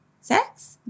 sex